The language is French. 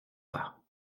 pas